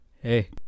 hey